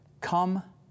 come